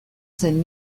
zen